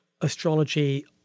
astrology